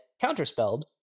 counterspelled